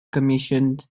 commissioned